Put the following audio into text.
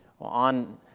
on